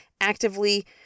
actively